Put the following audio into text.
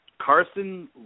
Carson